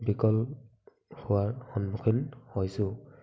বিকল হোৱাৰ সন্মুখীন হৈছোঁ